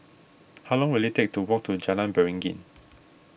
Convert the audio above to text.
how long will it take to walk to Jalan Beringin